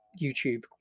YouTube